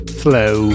flow